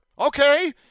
Okay